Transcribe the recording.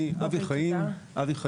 אני אבי חיים,